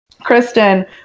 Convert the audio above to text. Kristen